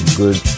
good